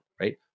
right